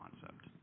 concept